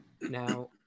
Now